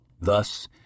Thus